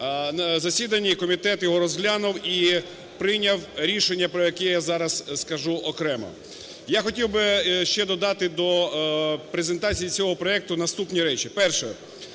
на засіданні комітет його розглянув і прийняв рішення, про яке я зараз скажу окремо. Я хотів би ще додати до презентації цього проекту наступні речі. Перше.